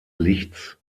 lichts